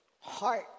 heart